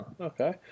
Okay